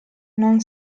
non